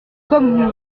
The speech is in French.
comme